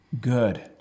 Good